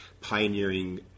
pioneering